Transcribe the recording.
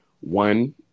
one